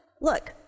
look